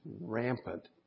rampant